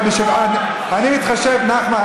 נחמן,